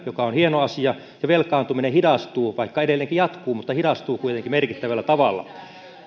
mikä on hieno asia ja velkaantuminen hidastuu vaikka edelleenkin jatkuu mutta hidastuu kuitenkin merkittävällä tavalla